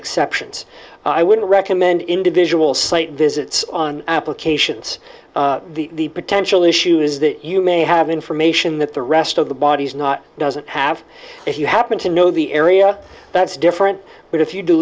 exceptions i wouldn't recommend individual slate visits on applications the potential issue is that you may have information that the rest of the bodies not doesn't have if you happen to know the area that's different but if you d